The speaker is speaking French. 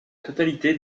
totalité